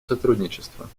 сотрудничества